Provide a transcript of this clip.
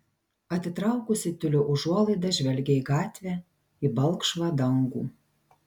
atitraukusi tiulio užuolaidą žvelgia į gatvę į balkšvą dangų